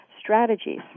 strategies